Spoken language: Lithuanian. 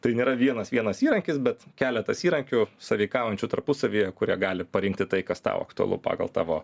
tai nėra vienas vienas įrankis bet keletas įrankių sąveikaujančių tarpusavyje kurie gali parinkti tai kas tau aktualu pagal tavo